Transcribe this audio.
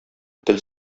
тел